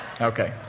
Okay